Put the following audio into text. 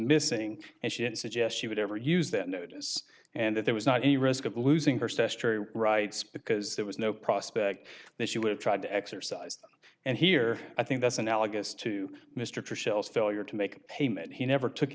missing and she didn't suggest she would ever use that notice and that there was not a risk of losing her rights because there was no prospect that she would have tried to exercise and here i think that's analogous to mr purcell's failure to make payment he never took